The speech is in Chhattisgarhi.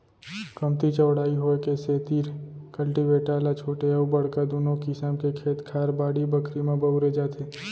कमती चौड़ाई होय के सेतिर कल्टीवेटर ल छोटे अउ बड़का दुनों किसम के खेत खार, बाड़ी बखरी म बउरे जाथे